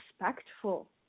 respectful